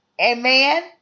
Amen